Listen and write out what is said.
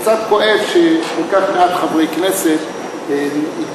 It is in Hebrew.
קצת כואב שכל כך מעט חברי כנסת הקדישו